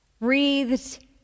breathed